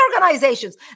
organizations